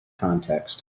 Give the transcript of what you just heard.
context